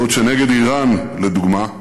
בעוד נגד איראן, לדוגמה,